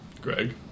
Greg